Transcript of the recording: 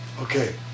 Okay